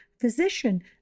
physician